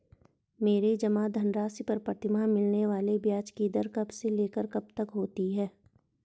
मेरे जमा धन राशि पर प्रतिमाह मिलने वाले ब्याज की दर कब से लेकर कब तक होती है?